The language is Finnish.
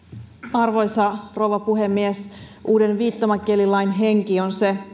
arvoisa rouva puhemies uuden viittomakielilain henki on se